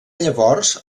llavors